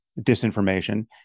disinformation